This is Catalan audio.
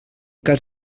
cas